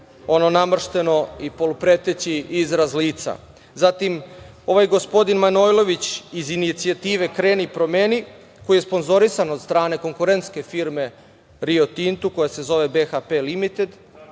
ono namršteno i polupreteći izraz lica. Zatim, ovaj gospodin Manojlović iz inicijative „Kreni, promeni“, koji je sponzorisan od strane konkurentske firme „Rio Tintu“, koja se zove „BHP Limitid“